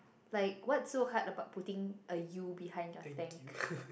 like what's so hard about putting a U behind your thank